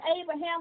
Abraham